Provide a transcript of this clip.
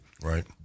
right